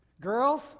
Girls